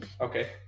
Okay